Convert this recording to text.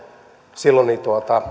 silloin